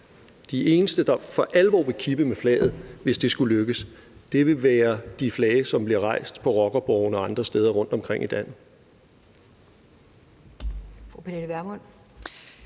De eneste, der for alvor vil kippe med flaget, hvis det skulle lykkes, vil være dem, der rejser flagene på rockerborgene og andre steder rundtomkring i landet.